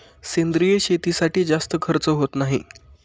सेंद्रिय शेतीसाठी जास्त खर्च होत नाही